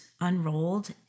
unrolled